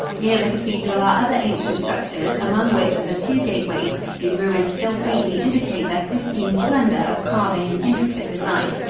near the cathedral are other ancient structures among which are the two gateways, whose ruins still faintly indicate their pristine splendor of carving and intricate design.